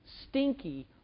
stinky